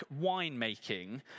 winemaking